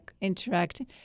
interacting